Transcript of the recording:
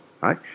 right